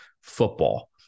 football